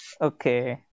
okay